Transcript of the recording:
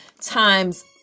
times